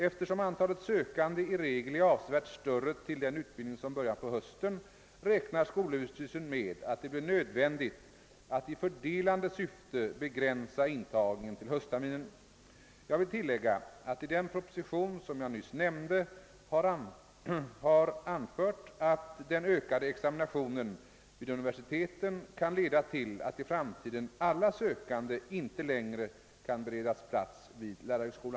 Eftersom antalet sökande i regel är avsevärt större till den utbildning som börjar på hösten, räknar skolöverstyrelsen med att det blir nödvändigt att i fördelande syfte begränsa intagningen till höstter minen. Jag vill tillägga att jag i den proposition som jag nyss nämnde har anfört att den ökande examinationen vid universiteten kan leda till att i framtiden alla sökande inte längre kan beredas plats vid lärarhögskola.